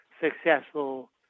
successful